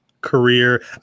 career